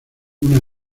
una